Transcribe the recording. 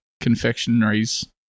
confectionaries